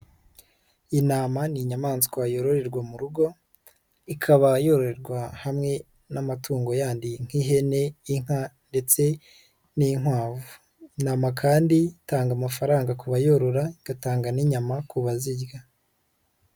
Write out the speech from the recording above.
Intama ni inyamaswa yororerwa mu rugo, ikaba yorerwa hamwe n'amatungo yandi nk'ihene, inka ndetse n'inkwavu, intama kandi itanga amafaranga ku bayorora, igatanga n'inyama ku bazirya.